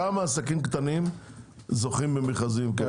כמה עסקים קטנים זוכים במכרזים כאלה?